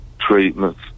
treatments